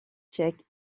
tchèque